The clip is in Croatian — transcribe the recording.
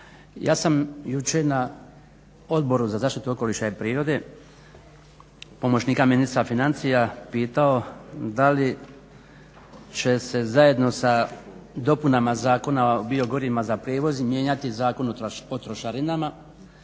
Ja sam jučer na Odboru za zaštitu okoliša i prirode pomoćnika ministra financija pitao da li će se zajedno sa dopunama Zakona o biogorivima za prijevoz mijenjati Zakon o trošarinama